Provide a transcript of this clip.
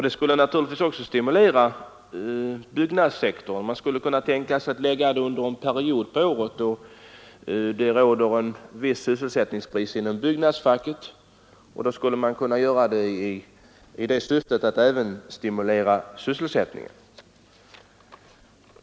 De skulle också kunna stimulera byggnadssektorn. Man kunde tänka sig att förlägga stimulansåtgärderna till en period på året då det råder en viss sysselsättningsbrist inom byggnadsfacket, och då skulle man även nå syftet att stimulera sysselsättningen.